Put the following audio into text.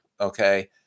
Okay